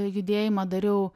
judėjimą dariau